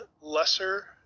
lesser